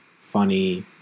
funny